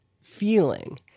feeling